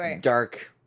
dark